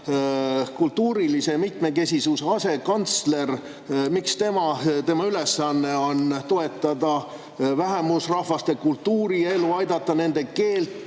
kultuurilise mitmekesisuse asekantsleri ülesanne on toetada vähemusrahvaste kultuurielu, aidata neil keelt